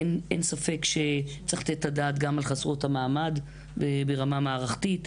אין ספק שצריך לתת את הדעת גם על חסרות המעמד ברמה מערכתית.